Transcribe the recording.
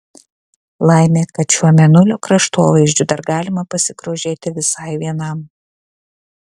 laimė kad šiuo mėnulio kraštovaizdžiu dar galima pasigrožėti visai vienam